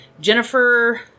Jennifer